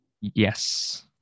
Yes